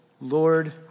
Lord